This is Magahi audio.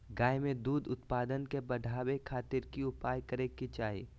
गाय में दूध उत्पादन के बढ़ावे खातिर की उपाय करें कि चाही?